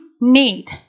need